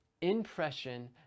impression